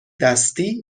دستی